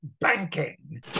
banking